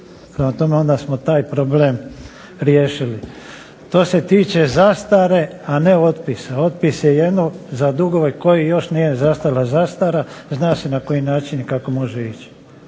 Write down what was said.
Prema tome, onda smo taj problem riješili. To se tiče zastare, a ne otpisa. Otpis je jedno za dugove koji još nije zastarila zastara. Zna se na koji način i kako može ići.